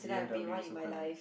b_m_w also quite nice